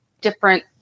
different